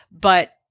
But-